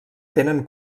tenen